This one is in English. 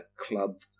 club